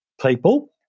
people